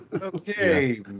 Okay